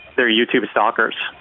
they're youtube stalkers.